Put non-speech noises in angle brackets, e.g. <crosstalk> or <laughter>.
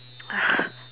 <breath>